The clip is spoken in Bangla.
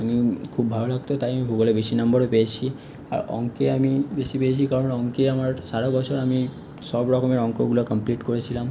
খুব ভালো লাগতো তাই আমি ভূগোলে বেশি নাম্বারও পেয়েছি আর অঙ্কে আমি বেশি পেয়েছি কারণ অঙ্কে আমার সারা বছর আমি সব রকমের অঙ্কগুলো কমপ্লিট করেছিলাম